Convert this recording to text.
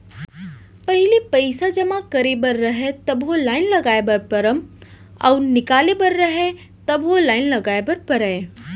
पहिली पइसा जमा करे बर रहय तभो लाइन लगाय बर परम अउ निकाले बर रहय तभो लाइन लगाय बर परय